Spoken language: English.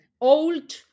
old